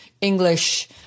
English